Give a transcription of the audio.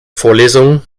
vorlesung